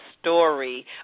story